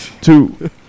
two